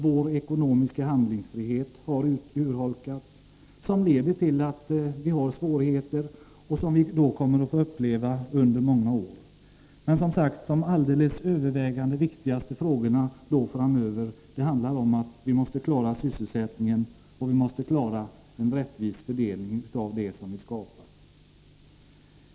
Vår ekonomiska handlingsfrihet har urholkats, vilket leder till de svårigheter som vi har och som vi kommer att få uppleva under många år. Som sagt: Det allra viktigaste framöver är att vi måste klara sysselsättningen och klara en rättvis fördelning av det som vi skapar.